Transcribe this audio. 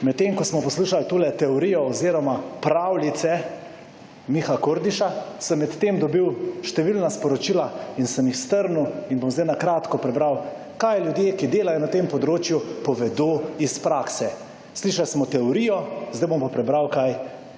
med tem, ko smo poslušali tule teorijo oziroma pravljice Mihe Kordiša, sem med tem dobil številna sporočila in sem jih strnil, in bom zdaj na kratko prebral, kaj ljudje, ki delajo na tem področju, povedo iz prakse. Slišali smo teorijo, zdaj bom pa prebral, kaj